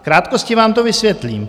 V krátkosti vám to vysvětlím.